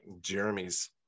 jeremy's